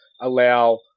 allow